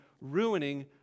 ruining